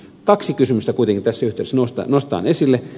kaksi kysymystä kuitenkin tässä yhteydessä nostetaan esille